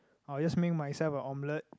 I'll just make myself a omelette